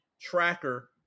tracker